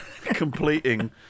completing